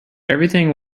everything